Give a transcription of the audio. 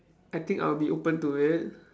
I think I'll be open to it